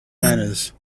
manners